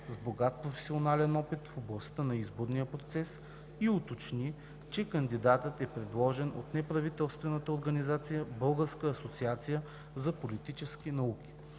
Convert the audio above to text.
с богат професионален опит в областта на изборния процес и уточни, че кандидатът е предложен от неправителствената организация „Българска асоциация за политически науки“.